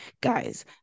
guys